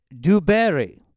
DuBerry